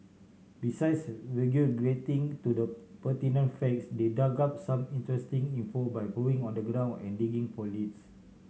besides regurgitating to the pertinent facts they dug up some interesting info by going on the ground and digging for leads